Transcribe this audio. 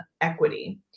equity